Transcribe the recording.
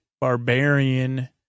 Barbarian